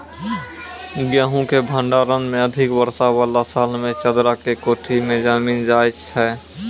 गेहूँ के भंडारण मे अधिक वर्षा वाला साल मे चदरा के कोठी मे जमीन जाय छैय?